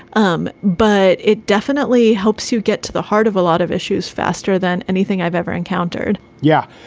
um but it definitely helps you get to the heart of a lot of issues faster than anything i've ever encountered yeah.